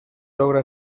logra